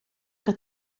que